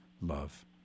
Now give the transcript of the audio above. love